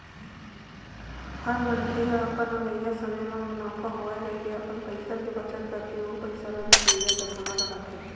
हर मनखे ह अपन अवइया समे म मुनाफा होवय कहिके अपन पइसा के बचत करके ओ पइसा ल दुसरइया जघा म लगाथे